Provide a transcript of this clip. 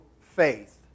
faith